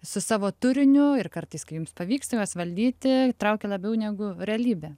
su savo turiniu ir kartais kai jums pavyksta juos valdyti įtraukia labiau negu realybė